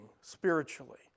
spiritually